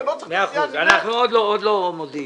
אנחנו עוד לא מודיעים.